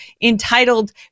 entitled